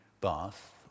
Bath